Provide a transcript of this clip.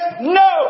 no